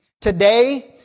Today